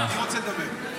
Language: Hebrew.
אני רוצה לדבר.